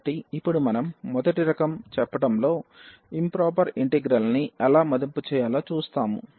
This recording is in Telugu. కాబట్టి ఇప్పుడు మనం మొదటి రకం చెప్పడంలో ఇంప్రొపర్ ఇంటిగ్రల్ ని ఎలా మదింపు చేయాలో చేస్తాము